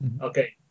Okay